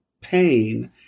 pain